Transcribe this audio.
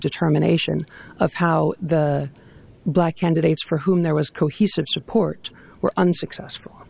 determination of how the black candidates for whom there was cohesive support were unsuccessful